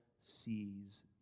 sees